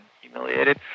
humiliated